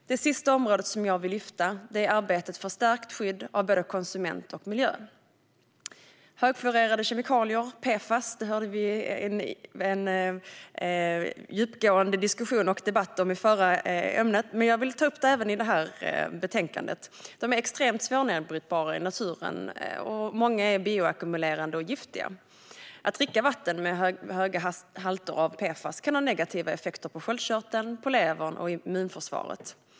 Det sista område som jag vill lyfta fram är arbetet för stärkt skydd av både konsument och miljö. Högfluorerade kemikalier, PFAS, hörde vi en djupgående debatt om i det förra ärendet. Men jag vill ta upp dem även i detta ärende. De är extremt svårnedbrytbara i naturen, och många är bioackumulerande och giftiga. Att dricka vatten med höga halter av PFAS kan ha negativa effekter på sköldkörteln, levern och immunförsvaret.